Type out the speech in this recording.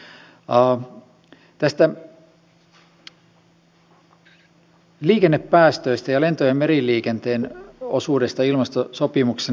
näistä liikennepäästöistä ja lento ja meriliikenteen osuudesta ilmastosopimuksessa